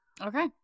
Okay